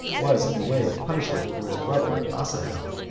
was in the way of punishment for his brother asahel,